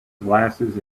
glasses